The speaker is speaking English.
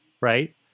right